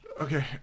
Okay